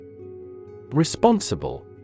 Responsible